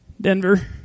Denver